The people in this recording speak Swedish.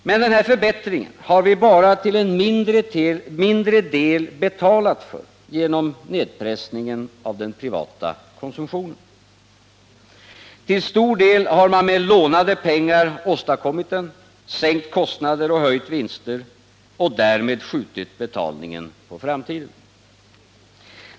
Men den förbättringen har vi bara till en mindre del betalat för genom nedpressningen av den privata konsumtionen. Till stor del har man åstadkommit den med lånade pengar — sänkt kostnader och höjt vinster och därmed skjutit betalningen på framtiden.